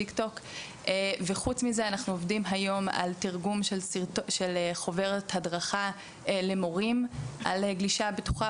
היום אנחנו עובדים על תרגום של חוברת הדרכה למורים בנושא גלישה בטוחה.